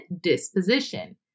disposition